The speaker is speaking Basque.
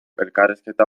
elkarrizketa